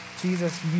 Jesus